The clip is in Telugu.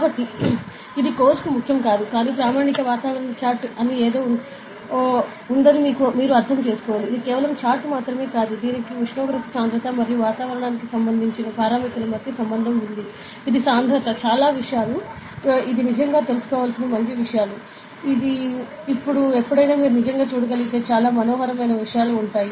కాబట్టి ఇది కోర్సుకు ముఖ్యం కాదు కానీ ప్రామాణిక వాతావరణ చార్ట్ అని ఏదో ఉందని మీరు అర్థం చేసుకోవాలి ఇది కేవలం చార్ట్ మాత్రమే కాదు దీనికి ఉష్ణోగ్రత సాంద్రత మరియు వాతావరణానికి సంబంధించిన పారామితుల మధ్య సంబంధం ఉంది ఇది సాంద్రత చాలా విషయాల ఇది నిజంగా తెలుసుకోవలసిన మంచి విషయాలు ఇది ఎప్పుడైనా మీరు నిజంగా చూడగలిగే చాలా మనోహరమైన విషయాలు ఉంటాయి